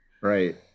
Right